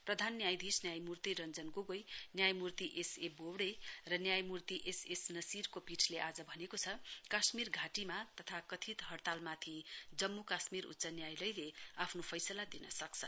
प्रधान न्यायाधीश न्यायमूर्ति रञ्जन गोगोई न्यायमूर्ति एस ए बोबडे र न्यायमूर्ति एस एस नसीरको पीठले आज भनेको छ काश्मीर घाटीमा तथा कथित हइतालमाथि जम्मुकाश्मीर उच्च न्यायालयले आफ्नो फैसला दिनसक्छ